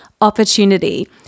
opportunity